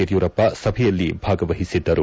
ಯಡಿಯೂರಪ್ಪ ಸಭೆಯಲ್ಲಿ ಭಾಗವಹಿಸಿದ್ದರು